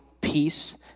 peace